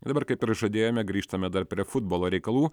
dabar kaip ir žadėjome grįžtame dar prie futbolo reikalų